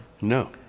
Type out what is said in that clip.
No